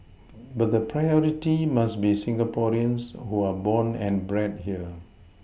but the Priority must be Singaporeans who are born and bred here